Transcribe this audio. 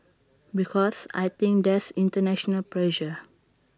because I think there's International pressure